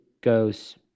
goes